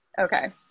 Okay